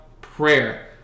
prayer